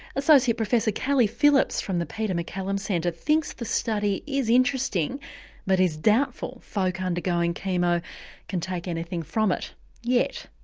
associate professor kelly phillips from the peter maccallum centre thinks the study is interesting but is doubtful folk ah undergoing chemo can take anything from it yet.